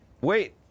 Wait